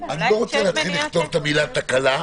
אני לא רוצה לכתוב את המילה תקלה,